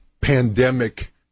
pandemic